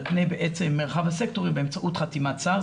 פני בעצם מרחב הסקטורים באמצעות חתימת שר.